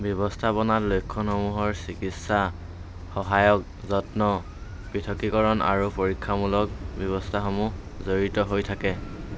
ব্যৱস্থাপনাত লক্ষণসমূহৰ চিকিৎসা সহায়ক যত্ন পৃথকীকৰণ আৰু পৰীক্ষামূলক ব্যৱস্থাসমূহ জড়িত হৈ থাকে